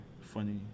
funny